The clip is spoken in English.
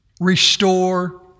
restore